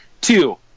two